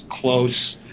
close